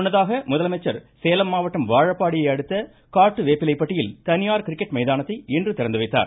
முன்னதாக முதலமைச்சர் சேலம் மாவட்டம் வாழப்பாடியை அடுத்த காட்டு வேப்பிலைப்பட்டியில் தனியார் கிரிக்கெட் மைதானத்தை இன்று திறந்துவைத்தார்